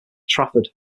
trafford